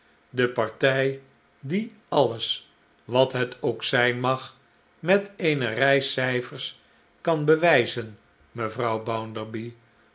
de partij die alles wat het ook zijn mag met eene rij cijfers kan bewijzen mevrouw